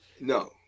No